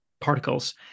particles